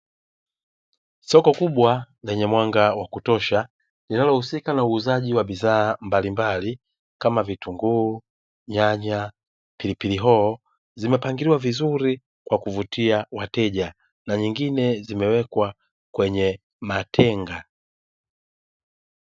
Soko kubwa lenye mwanga wa kutosha linalohusika na uuzjai wa bidhaa mbalimbali kama vitunguu, nyanya, pilipili hoho zimepangiliwa vizuri kwa kuvutia wateja na nyingine zimewekwa kwenye matenga.